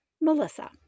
Melissa